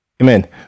Amen